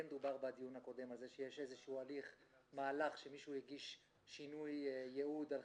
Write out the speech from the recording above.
כן דובר בדיון הקודם על זה שיש איזשהו מהלך שמישהו הגיש שינוי יעוד.